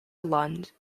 lund